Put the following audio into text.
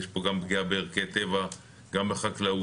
יש פה גם פגיעה בערכי הטבע וגם בחקלאות.